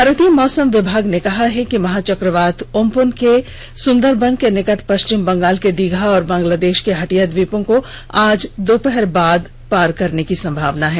भारतीय मौसम विभाग ने कहा है कि महा चक्रवात उम्पुन के सुन्दरबन के निकट पश्चिम बंगाल के दीघा और बांगलादेश के हटिया द्वीपों को आज दोपहर बाद पार करने की संभावना है